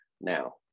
Now